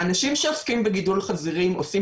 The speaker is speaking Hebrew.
האנשים שעוסקים בגידול חזירים עושים